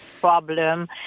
problem